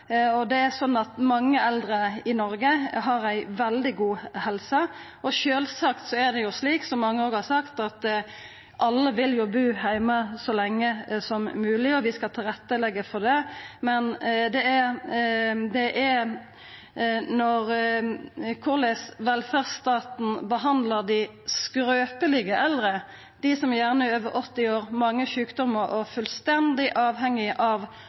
Mange eldre i Noreg har ei veldig god helse, og sjølvsagt er det slik – som mange har sagt – at alle vil bu heime så lenge som mogleg. Vi skal leggja til rette for det, men det er korleis velferdsstaten behandlar dei skrøpelege eldre, dei som gjerne er over 80 år, som har mange sjukdomar, og som er fullstendig avhengige av